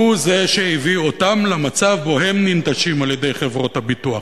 הוא זה שהביא אותם למצב שהם ננטשים על-ידי חברות הביטוח.